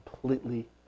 completely